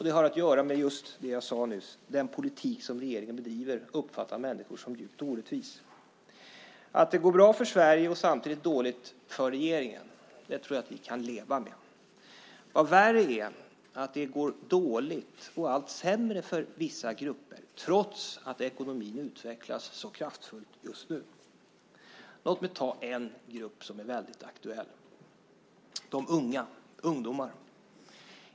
Det har att göra med just det jag sade nyss; människor uppfattar den politik som regeringen bedriver som djupt orättvis. Jag tror att vi kan leva med att det går bra för Sverige och samtidigt går dåligt för regeringen. Det är värre att det går dåligt och allt sämre för vissa grupper trots att ekonomin utvecklas så kraftfullt just nu. Låt mig ta en grupp som är aktuell. Det är de unga - ungdomarna.